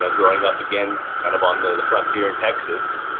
ah growing up, again, kind of on the frontier in texas,